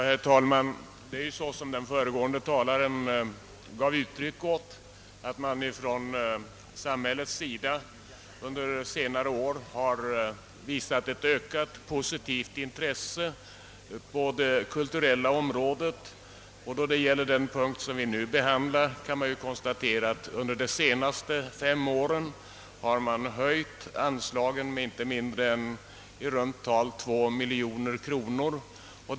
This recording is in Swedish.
Herr talman! Som föregående talare givit uttryck åt har samhället under senare år visat ett ökat positivt intresse på det kulturella området. Då det gäller den punkt vi nu behandlar kan man konstatera att under de senaste fem åren anslagen höjts med inte mindre än i runt tal 2 miljoner kronor.